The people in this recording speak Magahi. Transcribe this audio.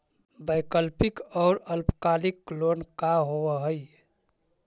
वैकल्पिक और अल्पकालिक लोन का होव हइ?